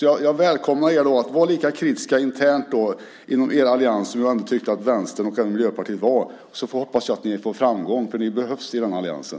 Jag välkomnar er att vara lika kritiska internt inom er allians som jag ändå tycker att Vänsterpartiet och Miljöpartiet var och hoppas att ni får framgång, för ni behövs i den alliansen.